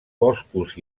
boscos